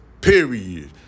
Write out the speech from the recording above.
Period